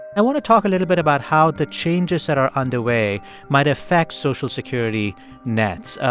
i want to talk a little bit about how the changes that are underway might affect social security nets.